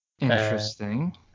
interesting